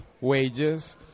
wages